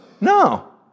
No